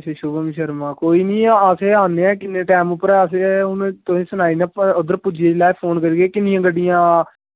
अच्छा अच्छा शुभम शर्मा अच्छा अस आने आं किन्ने टैम उप्पर हून सुनाई ओड़ना उद्धर पुज्जी में किन्नियां गड्डियां